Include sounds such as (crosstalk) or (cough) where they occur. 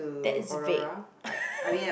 that is vague (laughs)